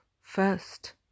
first